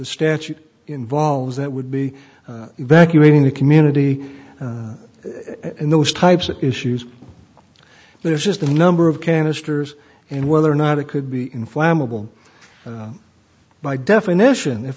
statute involves that would be evacuating the community in those types of issues there's just a number of canisters and whether or not it could be in flammable by definition if